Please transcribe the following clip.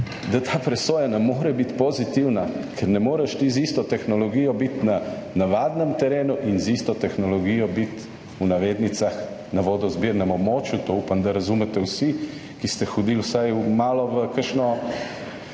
da ta presoja ne more biti pozitivna, ker ne moreš ti z isto tehnologijo biti na navadnem terenu in z isto tehnologijo biti, v navednicah, na vodozbirnem območju, to upam, da razumete vsi, ki ste hodili vsaj malo v kakšno,